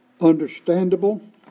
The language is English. understandable